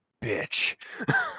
bitch